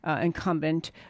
incumbent